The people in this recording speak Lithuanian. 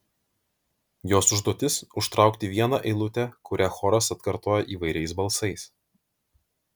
jos užduotis užtraukti vieną eilutę kurią choras atkartoja įvairiais balsais